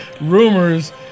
rumors